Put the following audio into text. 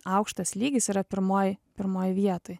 aukštas lygis yra pirmoj pirmoj vietoj